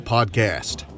Podcast